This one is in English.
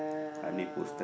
her nipples